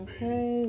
Okay